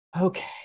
Okay